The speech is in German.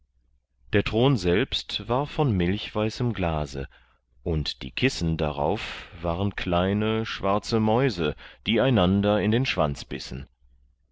der thron selbst war von milchweißem glase und die kissen darauf waren kleine schwarze mäuse die einander in den schwanz bissen